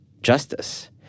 justice